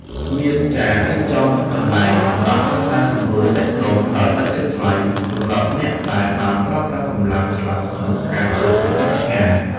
មានការរៀបចំកន្លែងសម្រាប់ម៉ាស្សាសម្រួលសាច់ដុំដោយឥតគិតថ្លៃ សម្រាប់អ្នកដែលបានប្រើប្រាស់កម្លាំងខ្លាំងក្នុងការរត់ចម្ងាយឆ្ងាយ។